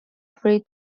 free